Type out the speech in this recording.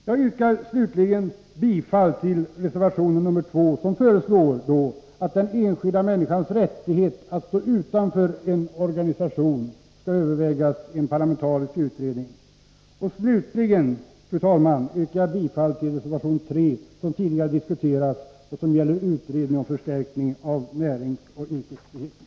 Jag yrkar bifall till reservation nr 2, där det föreslås att den enskilda människans rättighet att stå utanför en organisation skall övervägas i en parlamentarisk utredning. Jag yrkar slutligen, fru talman, bifall till reservation nr 3, som tidigare diskuterats och som gäller utredning om förstärkning av näringsoch yrkesfriheten.